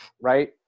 right